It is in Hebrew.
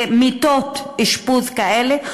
ומיטות אשפוז כאלה,